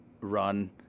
run